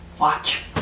Watch